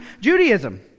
Judaism